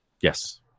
Yes